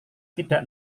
tidak